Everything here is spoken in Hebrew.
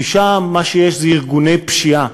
כי שם מה שיש זה ארגוני פשיעה.